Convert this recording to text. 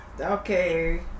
Okay